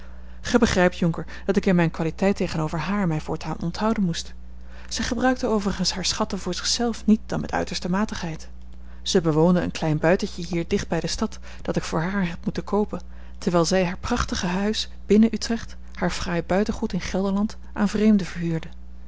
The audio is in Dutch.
gij begrijpt jonker dat ik in mijne kwaliteit tegenover haar mij voortaan onthouden moest zij gebruikte overigens hare schatten voor zich zelve niet dan met uiterste matigheid zij bewoonde een klein buitentje hier dicht bij de stad dat ik voor haar heb moeten koopen terwijl zij haar prachtig huis binnen utrecht haar fraai buitengoed in gelderland aan vreemden verhuurde